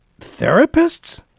therapists